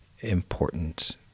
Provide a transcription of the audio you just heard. important